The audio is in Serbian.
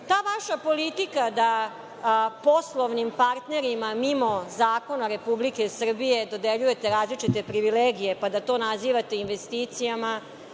vaša politika da poslovnim partnerima, mimo zakona Republike Srbije, dodeljujete različite privilegije, pa da to nazivate investicijama,